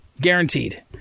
guaranteed